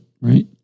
Right